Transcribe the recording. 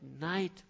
night